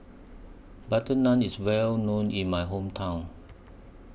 Butter Naan IS Well known in My Hometown